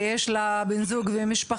ויש לה בן זוג ומשפחה,